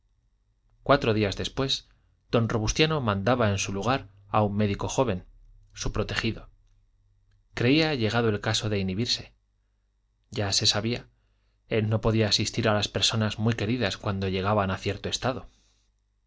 cuatro días después don robustiano mandaba en su lugar a un médico joven su protegido creía llegado el caso de inhibirse ya se sabía él no podía asistir a las personas muy queridas cuando llegaban a cierto estado